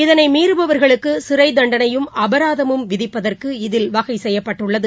இதனை மீறுபவர்களுக்கு சிறை தண்டனையும் அராதமும் விதிப்பதற்கு இதில் வகை செய்யப்பட்டுள்ளது